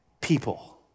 people